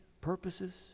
purposes